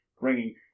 bringing